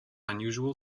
unusual